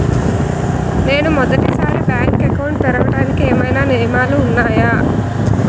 నేను మొదటి సారి బ్యాంక్ అకౌంట్ తెరవడానికి ఏమైనా నియమాలు వున్నాయా?